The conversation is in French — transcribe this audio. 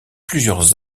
plusieurs